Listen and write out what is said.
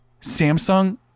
Samsung